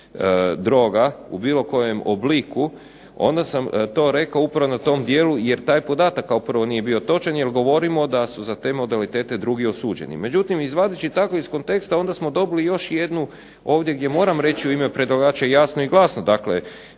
u bilo kojem obliku, onda sam to rekao upravo na tom dijelu, jer taj podatak kao prvo nije bio točan, jer govorimo da su za te modalitete drugi osuđeni. Međutim izvodeći tako iz konteksta onda smo dobili još jednu ovdje gdje moram reći u ime predlagača jasno i glasno dakle,